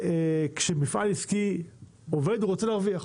כשמפעל עסקי עובד, הוא רוצה להרוויח.